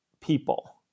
people